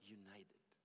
united